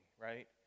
right